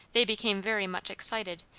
they became very much excited,